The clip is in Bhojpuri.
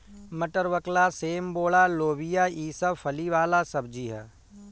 मटर, बकला, सेम, बोड़ा, लोबिया ई सब फली वाला सब्जी ह